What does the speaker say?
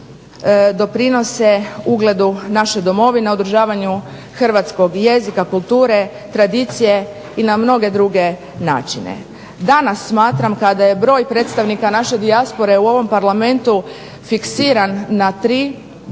doprinose ugledu naše Domovine, održavanju hrvatskog jezika, kulture, tradicije i na mnoge druge načine. Danas smatram kada je broj predstavnika naše dijaspore u ovom Parlamentu fiksiran na 3 i kada